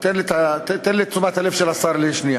תן לי את תשומת הלב של השר לשנייה.